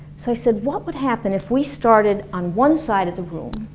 so i said, what would happen if we started on one side of the room